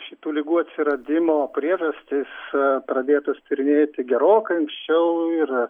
šitų ligų atsiradimo priežastys pradėtos tyrinėti gerokai anksčiau ir